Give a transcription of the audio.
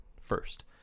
first